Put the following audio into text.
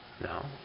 No